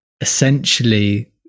essentially